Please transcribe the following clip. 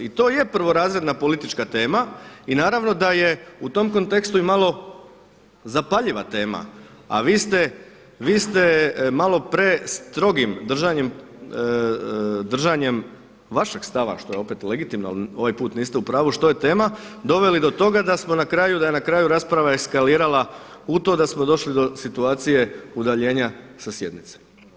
I to je prvorazredna politička tema i naravno da je u tom kontekstu i malo zapaljiva tema a vi ste malo prestrogim držanjem vašeg stava što je opet legitimno ali ovaj put niste u pravu što je tema, doveli do toga da smo na kraju, da je na kraju rasprava eskalirala u to da smo došli do situacije udaljenja sa sjednice.